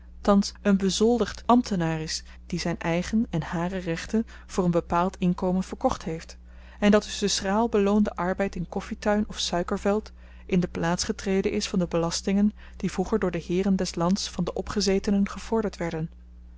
thans een bezoldigd ambtenaar is die zyn eigen en hare rechten voor een bepaald inkomen verkocht heeft en dat dus de schraal beloonde arbeid in koffituin of suikerveld in de plaats getreden is van de belastingen die vroeger door de heeren des lands van de opgezetenen gevorderd werden